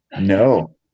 no